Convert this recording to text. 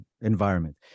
environment